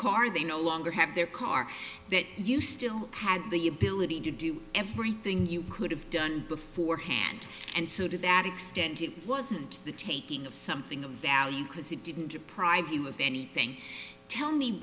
car they no longer have their car that you still had the ability to do everything you could have done beforehand and so to that extent it wasn't the taking of something of value because it didn't deprive you of anything tell me